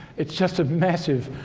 it's just a massive